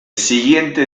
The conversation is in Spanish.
siguiente